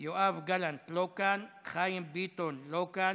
יואב גלנט, לא כאן, חיים ביטון, לא כאן,